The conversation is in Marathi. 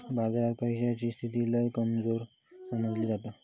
बाजारात पैशाची स्थिती लय कमजोर समजली जाता